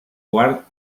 quart